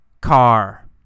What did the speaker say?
car